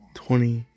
twenty